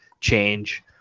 change